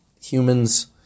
humans